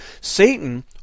Satan